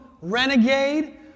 renegade